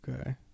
Okay